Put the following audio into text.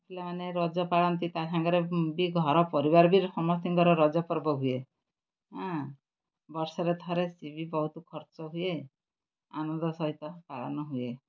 ପିଲାମାନେ ରଜ ପାଳନ୍ତି ତା' ସାଙ୍ଗରେ ବି ଘର ପରିବାର ବି ସମସ୍ତଙ୍କର ରଜ ପର୍ବ ହୁଏ ହାଁ ବର୍ଷରେ ଥରେ ସେ ବି ବହୁତ ଖର୍ଚ୍ଚ ହୁଏ ଆନନ୍ଦ ସହିତ ପାଳନ ହୁଏ